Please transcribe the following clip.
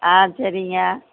ஆ சரிங்க